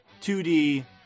2D